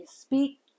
speak